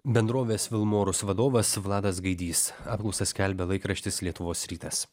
bendrovės vilmorus vadovas vladas gaidys apklausą skelbia laikraštis lietuvos rytas